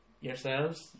yourselves